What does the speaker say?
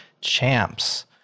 champs